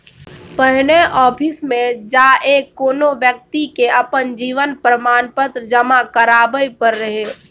पहिने आफिसमे जा कए कोनो बेकती के अपन जीवन प्रमाण पत्र जमा कराबै परै रहय